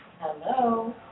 Hello